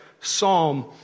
psalm